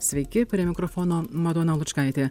sveiki prie mikrofono madona lučkaitė